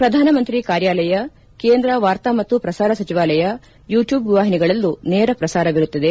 ಪ್ರಧಾನ ಮಂತ್ರಿ ಕಾರ್ಯಾಲಯ ಕೇಂದ್ರ ವಾರ್ತಾ ಮತ್ತು ಪ್ರಸಾರ ಸಚಿವಾಲಯ ಯೂಟ್ಕೂಬ್ ವಾಹಿನಿಗಳಲ್ಲೂ ನೇರ ಪ್ರಸಾರವಿರುತ್ತದೆ